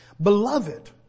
Beloved